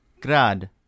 Grad